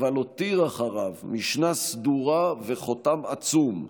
אבל הותיר אחריו משנה סדורה וחותם עצום,